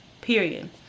Period